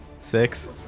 six